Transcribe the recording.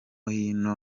hino